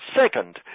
second